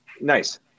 Nice